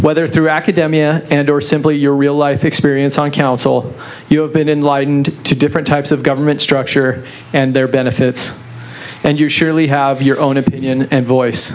whether through academic and or simply your real life experience on council you have been enlightened to different types of government structure and there are benefits and you surely have your own opinion and voice